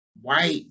white